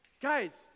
Guys